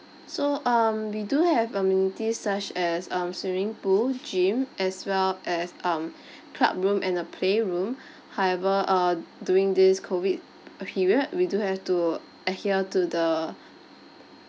so um we do have amenities such as um swimming pool gym as well as um club room and a playroom however err during this COVID period we do have to adhere to the